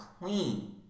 queen